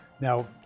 Now